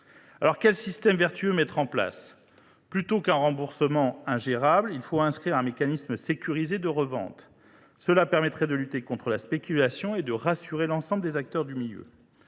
Quel système vertueux mettre en place ? Plutôt qu’un remboursement ingérable, il faut prévoir un mécanisme sécurisé de revente. Cela permettrait de lutter contre la spéculation et de rassurer l’ensemble des acteurs du milieu.